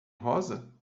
rosa